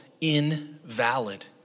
invalid